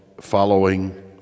following